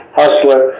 hustler